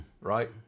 right